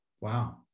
wow